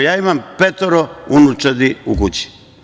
Ja imam petoro unučadi u kući.